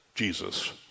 Jesus